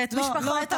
לא אותנו.